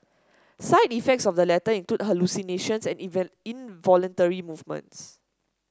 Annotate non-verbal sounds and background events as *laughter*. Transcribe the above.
side effects of the latter include hallucinations and *unintelligible* involuntary movements